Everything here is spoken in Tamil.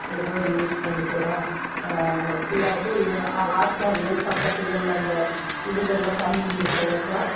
ஏதோ யூஸ் பண்ணிக்கிறோம் இல்லாட்டி வாய்க்கால்கள் பக்கத்துகளில் அந்த இதுகளில் தண்ணி இருக்கிற பக்கம்